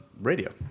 radio